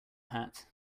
hat